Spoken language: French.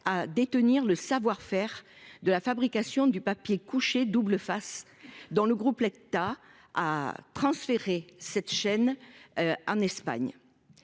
à détenir le savoir faire de la fabrication du papier couché double-face dans le groupe. L'État a transféré cette chaîne. En Espagne.